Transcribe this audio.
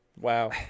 wow